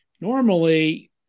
Normally